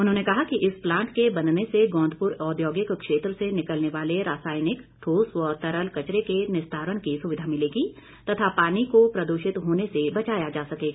उन्होंने कहा कि इस प्लांट के बनने से गौंदपुर औद्योगिक क्षेत्र से निकलने वाले रासायनिक ठोस व तरल कचरे के निस्तारण की सुविधा मिलेगी तथा पानी को प्रदूषित होने से बचाया जा सकेगा